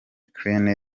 ukraine